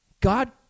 God